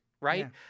right